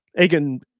Egan